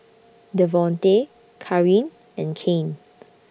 Devonte Kareen and Kane